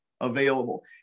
available